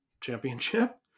championship